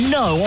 no